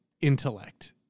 intellect